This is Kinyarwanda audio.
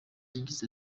yagize